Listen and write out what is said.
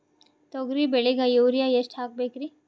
ತೊಗರಿ ಬೆಳಿಗ ಯೂರಿಯಎಷ್ಟು ಹಾಕಬೇಕರಿ?